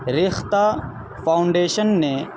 Rekhta foundation نے